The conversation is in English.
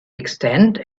extend